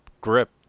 grip